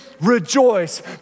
rejoice